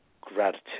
gratitude